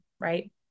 right